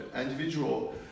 individual